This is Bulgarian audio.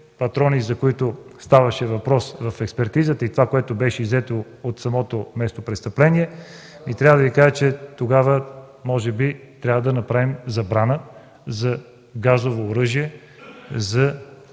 патрони, за които ставаше въпрос в експертизата и което беше иззето от самото местопрестъпление, трябва да Ви кажа, че тогава може би трябва да направим забрана за носене и